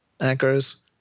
anchors